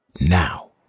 now